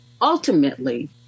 ultimately